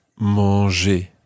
manger